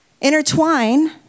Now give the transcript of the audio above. intertwine